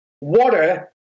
water